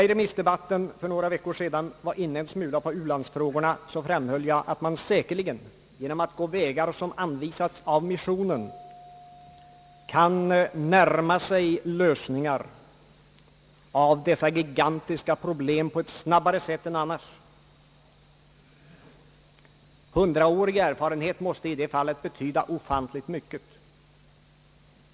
I remissdebatten för några veckor sedan berörde jag u-landsfrågorna och framhöll att man säkerligen genom att så vägar som anvisats av missionen kan närma sig lösningar av dessa gigantiska problem på ett snabbare sätt än annars. Hundraårig erfarenhet måste i det fallet betyda ofantligt mycket.